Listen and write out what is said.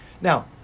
Now